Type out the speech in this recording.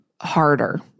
harder